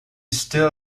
still